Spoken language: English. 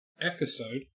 episode